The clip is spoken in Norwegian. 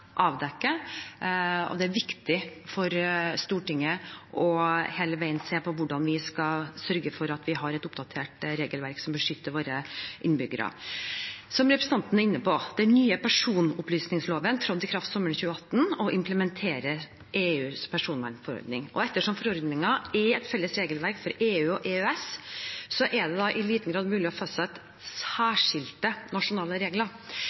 Det er viktig for Stortinget hele veien å se på hvordan vi skal sørge for at vi har et oppdatert regelverk som beskytter våre innbyggere. Som representanten er inne på, trådte den nye personopplysningsloven i kraft sommeren 2018. Den implementerer EUs personvernforordning. Ettersom forordningen er et felles regelverk for EU og EØS, er det i liten grad mulig å fastsette særskilte nasjonale regler.